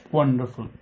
Wonderful